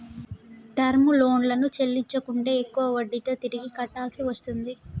term లోన్లను చెల్లించకుంటే ఎక్కువ వడ్డీతో తిరిగి కట్టాల్సి వస్తుంది